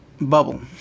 Bubble